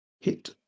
hit